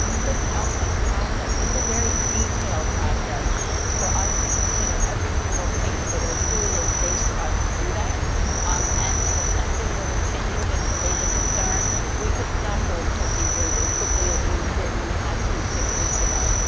chris outlined the process, it's a very detailed process for us to consider every single case whether it truly is safe for us to do that um and and if something were to change and to raise a concern we could stop those procedures as quickly as we did when we had to six weeks ago.